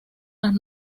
las